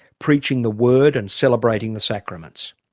preaching the word and celebrating the sacraments?